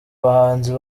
bahanzi